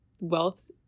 wealth